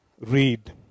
read